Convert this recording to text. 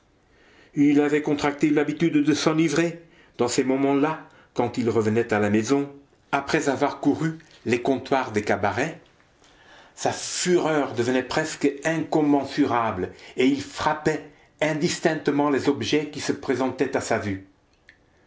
il avait contracté l'habitude de s'enivrer dans ces moments-là quand il revenait à la maison après avoir couru les comptoirs des cabarets sa fureur devenait presque incommensurable et il frappait indistinctement les objets qui se présentaient à sa vue